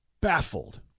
baffled